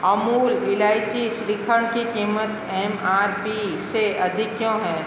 अमूल इलायची श्रीखंड की कीमत एम आर पी से अधिक क्यों हैं